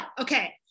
okay